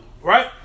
right